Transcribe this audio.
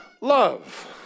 love